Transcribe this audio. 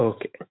Okay